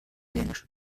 dänisch